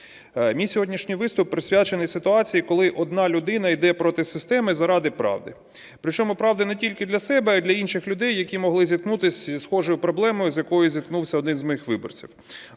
Мій сьогоднішній виступ присвячений ситуації, коли одна людина іде проти системи заради правди. При чому правди не тільки для себе, а і для інших людей, які могли зіткнутись зі схожою проблемою, з якою зіткнувся один з моїх виборців.